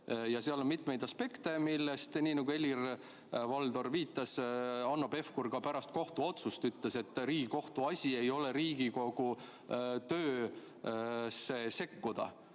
Seal on mitmeid aspekte, nii nagu Helir-Valdor viitas. Hanno Pevkur ka pärast kohtuotsust ütles, et Riigikohtu asi ei ole Riigikogu töösse sekkuda.